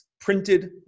printed